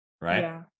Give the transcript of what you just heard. right